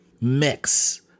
mix